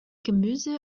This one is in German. gemüse